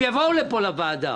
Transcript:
הם יבואו לפה לוועדה